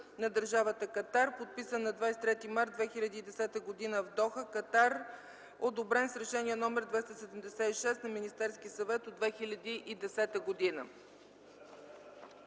на Държавата Катар, подписан на 23 март 2010 г. в Доха, Катар, одобрен с Решение № 276 на Министерския съвет от 2010 г.